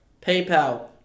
PayPal